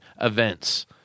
events